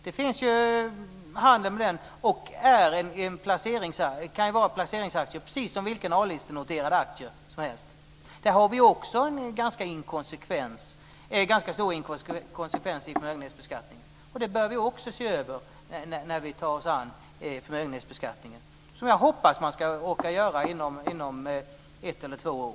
Den kan ju vara en placeringsaktie precis som vilken A-listenoterad aktie som helst. Där har vi också en ganska stor inkonsekvens i förmögenhetsbeskattningen. Detta bör vi också se över när vi tar oss an förmögenhetsbeskattningen, som jag hoppas att vi ska orka göra inom ett eller två år.